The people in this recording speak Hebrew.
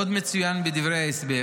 עוד מצוין בדברי ההסבר